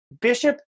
Bishop